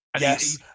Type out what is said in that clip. Yes